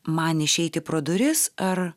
man išeiti pro duris ar